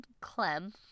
Clem